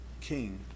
king